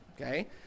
Okay